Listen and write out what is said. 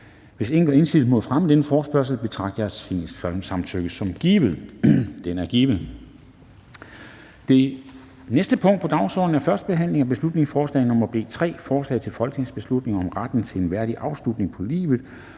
Hvis ingen gør indsigelse mod fremme af denne forespørgsel, betragter jeg Tingets samtykke som givet. Det er givet. --- Det næste punkt på dagsordenen er: 2) 1. behandling af beslutningsforslag nr. B 3: Forslag til folketingsbeslutning om retten til en værdig afslutning på livet